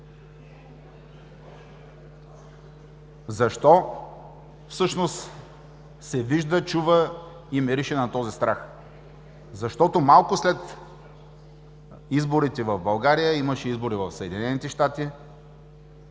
Защо всъщност се вижда, чува и мирише на този страх? Защото малко след изборите в България имаше избори в Съединените щати,